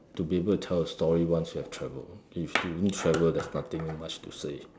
to be able to tell a story once you have travelled lah if you don't travel there's nothing much to say